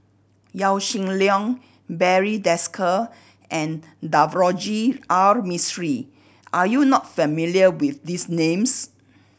Yaw Shin Leong Barry Desker and Navroji R Mistri are you not familiar with these names